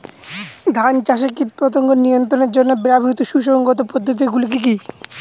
ধান চাষে কীটপতঙ্গ নিয়ন্ত্রণের জন্য ব্যবহৃত সুসংহত পদ্ধতিগুলি কি কি?